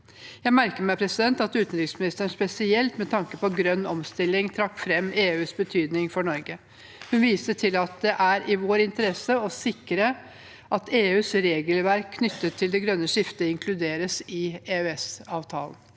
Jeg merker meg at utenriksministeren spesielt med tanke på grønn omstilling trakk fram EUs betydning for Norge. Hun viste til at det er i vår interesse å sikre at EUs regelverk knyttet til det grønne skiftet inkluderes i EØSavtalen.